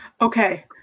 Okay